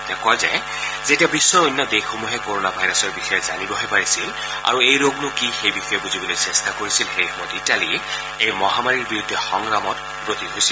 তেওঁ কয় যে যেতিয়া বিশ্বৰ অন্য দেশসমূহে কৰনা ভাইৰাছৰ বিষয়ে জানিবহে পাৰিছিল আৰু এই ৰোগনো কি সেই বিষয়ে বুজিবলৈ চেষ্টা কৰিছিল সেই সময়ত ইটালীয়ে এই মহামাৰীৰ বিৰুদ্ধে সংগ্ৰামত ব্ৰতী হৈছিল